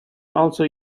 also